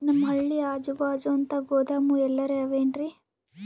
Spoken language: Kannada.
ನಮ್ ಹಳ್ಳಿ ಅಜುಬಾಜು ಅಂತ ಗೋದಾಮ ಎಲ್ಲರೆ ಅವೇನ್ರಿ?